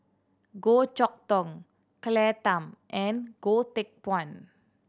Goh Chok Tong Claire Tham and Goh Teck Phuan